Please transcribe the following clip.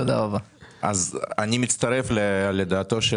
בספטמבר --- אני מצטרף לדעתו של